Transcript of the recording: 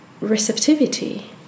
receptivity